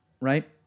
right